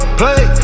play